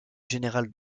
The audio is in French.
général